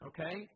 Okay